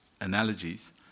analogies